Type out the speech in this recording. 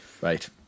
Right